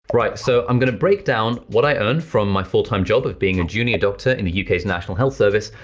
right so i'm gonna break down what i earn from my full-time job of being a junior doctor in the uk's national health service,